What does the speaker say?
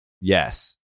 Yes